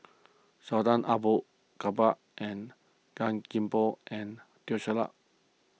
Sultan Abu Bakar and Gan Thiam Poh and Teo Ser Luck